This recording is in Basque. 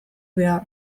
behar